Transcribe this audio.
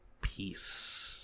Peace